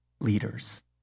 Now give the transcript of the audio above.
leaders